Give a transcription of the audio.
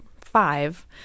five